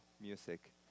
music